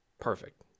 perfect